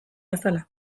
bezala